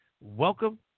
welcome